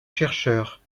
chercheurs